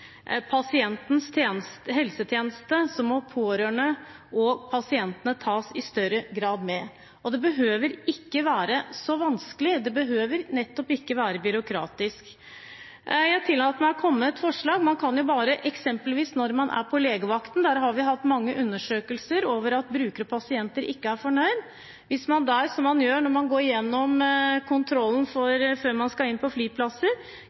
pasientens helsetjeneste, må pårørende og pasientene i større grad tas med. Det behøver ikke å være så vanskelig, det behøver nettopp ikke å være byråkratisk. Jeg tillater meg å komme med et forslag. Man kan eksempelvis når man er på legevakten – der har vi hatt mange undersøkelser om at brukere og pasienter ikke er fornøyd – gjøre som man gjør når man går gjennom kontrollen